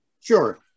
Sure